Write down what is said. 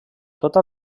tota